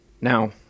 Now